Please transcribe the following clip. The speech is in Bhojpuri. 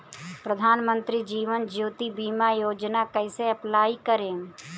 प्रधानमंत्री जीवन ज्योति बीमा योजना कैसे अप्लाई करेम?